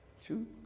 Two